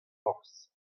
porzh